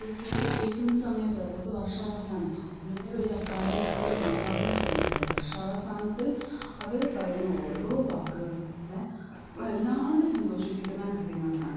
എനിക്കത് കേൾക്കുന്ന സമയത്ത് അതായത് വർഷാവസാനം സ്കൂളിൻ്റെ ഒരു അക്കാഡമിക്ക് ഇയർ എൻ്റ ആവുന്ന സമയത്ത് ആ വർഷാവസാനത്തിൽ അവർ പറയുന്ന ഓരോ വാക്കുകളും എന്നെ വല്ലാതെ സന്തോഷിപ്പിക്കുന്ന കാര്യങ്ങളാണ്